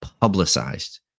publicized